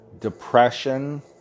depression